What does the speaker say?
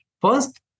First